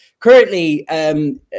Currently